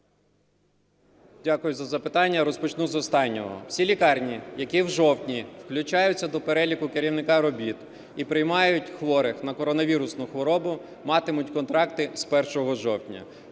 Дякую за запитання. Розпочну з останнього. Всі лікарня, які в жовтні включаються до переліку керівника робіт і приймають хворих на коронавірусну хворобу, матимуть контракти з 1 жовтня.